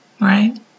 Right